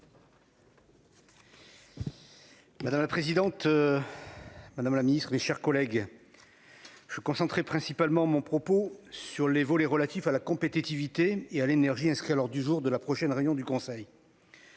Madame la présidente. Madame la Ministre, mes chers collègues. Je suis concentrée principalement mon propos sur les volets relatifs à la compétitivité et à l'énergie inscrire lors du jour de la prochaine réunion du conseil.